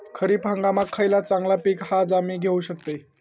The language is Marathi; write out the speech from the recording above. खरीप हंगामाक खयला चांगला पीक हा जा मी घेऊ शकतय?